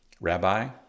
Rabbi